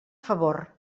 favor